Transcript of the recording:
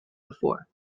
before